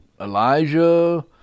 Elijah